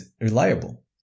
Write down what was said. reliable